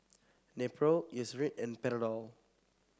Nepro Eucerin and Panadol